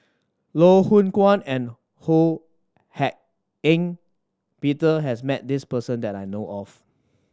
Loh Hoong Kwan and Ho Hak Ean Peter has met this person that I know of